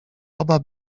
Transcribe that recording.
oba